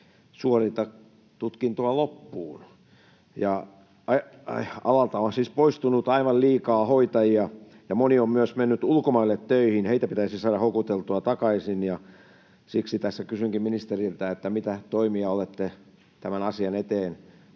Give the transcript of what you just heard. suorita tutkintoaan loppuun. Alalta on siis poistunut aivan liikaa hoitajia, ja moni on myös mennyt ulkomaille töihin. Heitä pitäisi saada houkuteltua takaisin. Siksi tässä kysynkin ministeriltä: mitä toimia olette tämän asian eteen